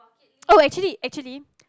oh actually actually